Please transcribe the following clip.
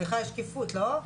סליחה, יש שקיפות, לא?